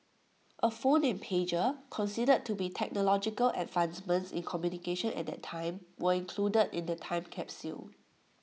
A phone and pager considered to be technological advancements in communication at that time were included in the time capsule